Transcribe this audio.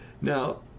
Now